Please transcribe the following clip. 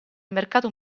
mercato